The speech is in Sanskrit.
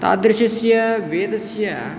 तादृशस्य वेदस्य